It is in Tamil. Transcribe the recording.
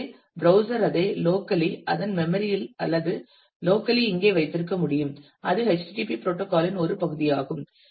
எனவே ப்ரௌஸ்சர் அதை லோக்கலி அதன் மெமரி இல் அல்லது லோக்கலி இங்கே வைத்திருக்க முடியும் அது http புரோட்டோகால் இன் ஒரு பகுதியாகும்